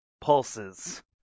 pulses